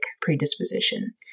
predisposition